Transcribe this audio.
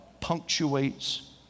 punctuates